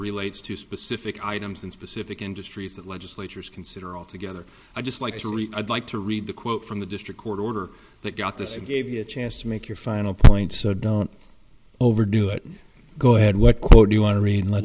relates to specific items in specific industries that legislatures consider all together i just like a retard like to read the quote from the district court order that got this and gave you a chance to make your final point so don't overdo it go ahead what you want to re